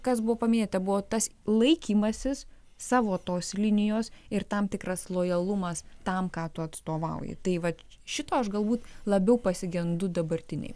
kas buvo paminėta buvo tas laikymasis savo tos linijos ir tam tikras lojalumas tam ką tu atstovauji tai vat šito aš galbūt labiau pasigendu dabartinėj